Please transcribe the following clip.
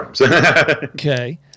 Okay